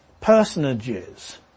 personages